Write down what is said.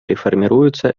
реформируются